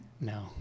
no